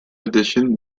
addition